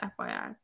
FYI